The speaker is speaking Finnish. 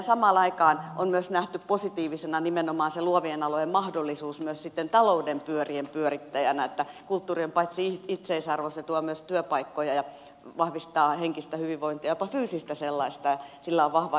samaan aikaan on myös nähty positiivisena nimenomaan se luovien alojen mahdollisuus myös talouden pyörien pyörittäjänä se että kulttuuri paitsi on itseisarvo myös tuo työpaikkoja ja vahvistaa henkistä hyvinvointia jopa fyysistä sellaista ja sillä on vahva itseisarvo